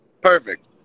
Perfect